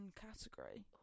category